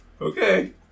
Okay